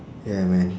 ya man